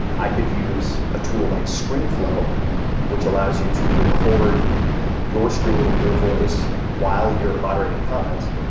i could use a tool like screenflow which allows you to record your screen and your voice while you're moderating comments.